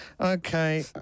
okay